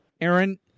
Aaron